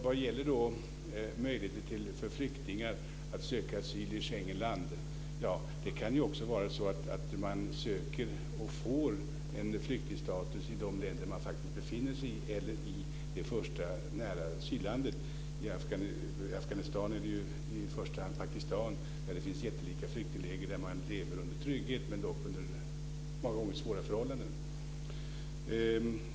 Vad gäller flyktingars möjligheter att söka asyl i Schengenland vill jag säga att det också kan vara så att man kan söka och få flyktingstatus i det land som man faktiskt befinner sig i eller i det första nära asyllandet. För afghaner är det i första hand Pakistan, där det finns jättelika flyktingläger där man lever under trygghet om också många gånger under svåra förhållanden.